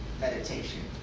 meditation